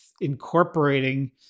incorporating